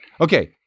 Okay